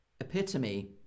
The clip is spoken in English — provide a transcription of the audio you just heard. epitome